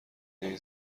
این